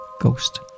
ghost